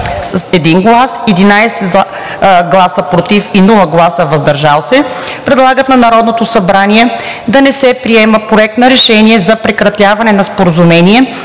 1 глас „за“, 11 гласа „против“ и без „въздържал се“ предлагат на Народното събрание да не приема Проекта на решение за прекратяване на Споразумение